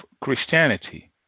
Christianity